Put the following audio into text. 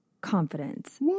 confidence